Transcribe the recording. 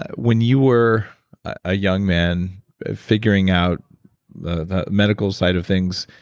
when you were a young man figuring out the the medical side of things,